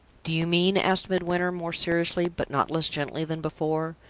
do you mean, asked midwinter, more seriously, but not less gently than before,